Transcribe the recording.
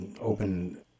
open